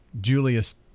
Julius